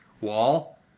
Wall